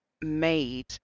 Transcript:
made